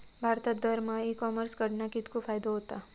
भारतात दरमहा e commerce कडणा कितको फायदो होता?